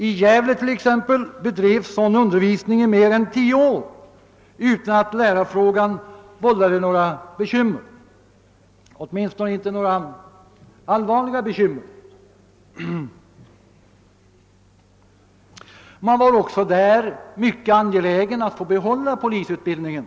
I Gävle t.ex. bedrevs sådan undervisning i mer än tio år utan att lärarfrågan vållade några bekymmer, åtminstone inte några allvarligare sådana. Man var också där mycket angelägen att få behålla polisutbildningen.